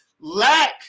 Lack